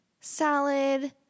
salad